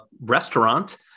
restaurant